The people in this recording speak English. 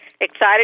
excited